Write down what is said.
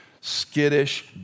skittish